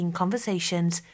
conversations